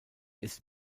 ist